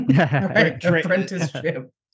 apprenticeship